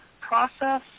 process